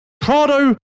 Prado